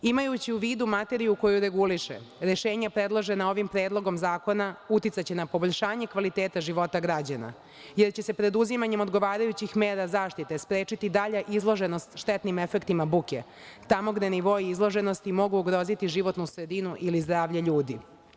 Imajući u vidu materiju koju reguliše, rešenja predložena ovim Predlogom zakona uticaće na poboljšanje kvaliteta života građana, jer će se preduzimanjem odgovarajućih mera zaštite sprečiti dalja izloženost štetnim efektima buke tamo gde nivoi izloženosti mogu ugroziti životnu sredinu ili zdravlje ljudi.